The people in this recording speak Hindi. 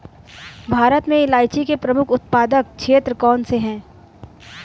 भारत में इलायची के प्रमुख उत्पादक क्षेत्र कौन से हैं?